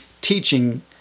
teaching